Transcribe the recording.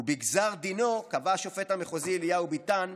ובגזר דינו קבע השופט המחוזי אליהו ביתן: